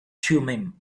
thummim